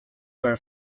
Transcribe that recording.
were